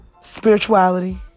spirituality